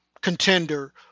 contender